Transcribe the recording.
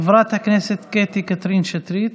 חברת הכנסת קטי קטרין שטרית.